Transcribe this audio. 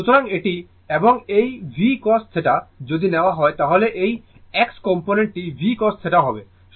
সুতরাং এটি এবং এই v cos θ যদি নেওয়া হয় তাহলে এই x কম্পোনেন্ট টি v cos θ হবে